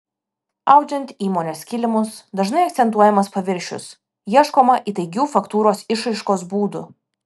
audžiant įmonės kilimus dažnai akcentuojamas paviršius ieškoma įtaigių faktūros išraiškos būdų